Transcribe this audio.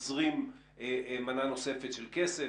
נזרים מנה נוספת של כסף,